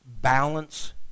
balance